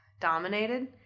dominated